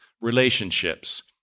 relationships